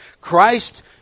Christ